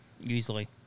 usually